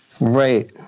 Right